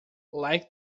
like